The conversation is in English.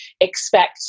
expect